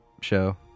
show